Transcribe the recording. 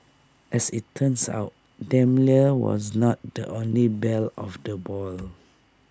as IT turns out Daimler was not the only belle of the ball